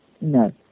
No